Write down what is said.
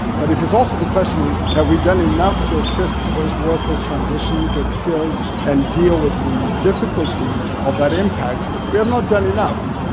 but if it's also the question is, have we done enough to assist those workers transition, get skills, and deal with those the difficulty of that impact, we have not done enough.